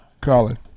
Colin